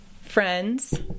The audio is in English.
friends